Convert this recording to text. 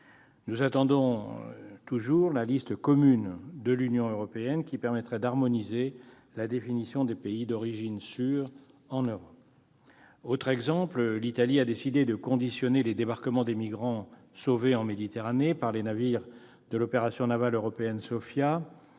Nous attendons toujours la liste commune de l'Union européenne qui permettrait d'harmoniser la définition des pays d'origine sûrs. Autre exemple, l'Italie a décidé de conditionner les débarquements des migrants sauvés en Méditerranée par les navires de l'opération navale européenne Sophia